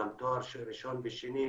תואר ראשון ושני,